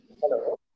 hello